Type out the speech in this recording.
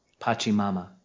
Pachimama